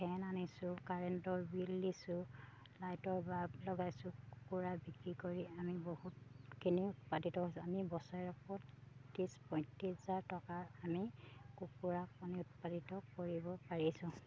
ফেন আনিছোঁ কাৰেণ্টৰ বিল দিছোঁ লাইটৰ বাল্ব লগাইছোঁ কুকুৰা বিক্ৰী কৰি আমি বহুতখিনি উৎপাদিত হৈছোঁ আমি বছৰেকত ত্ৰিছ পঁইত্ৰিছ হাজাৰ টকাৰ আমি কুকুৰা কণী উৎপাদিত কৰিব পাৰিছোঁ